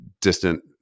distant